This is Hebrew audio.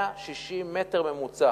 160 מ"ר ממוצע.